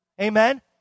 Amen